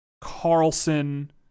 Carlson